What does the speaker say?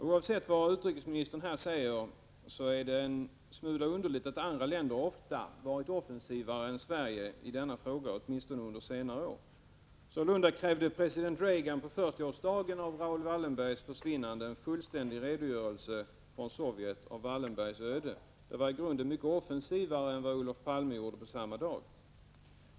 Oavsett vad utrikesministern här säger är det en smula underligt att andra länder ofta har varit mera offensiva än Sverige i denna fråga, åtminstone under senare år. Sålunda krävde president Reagan på 40-årsdagen av Raoul Wallenbergs försvinnande en fullständig redogörelse från Sovjet om Raoul Wallenbergs öde. Det var i grunden mycket offensivare, jämfört med vad Olof Palme gjorde samma dag.